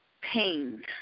pain